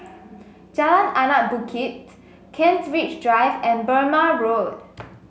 Jalan Anak Bukit Kent Ridge Drive and Burmah Road